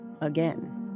again